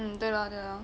mm 对 lor 对 lor